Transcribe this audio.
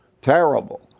terrible